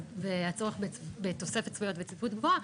והצורך בתוספת זכויות וצפיפות גבוהה,